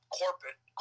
corporate